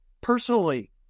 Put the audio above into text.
personally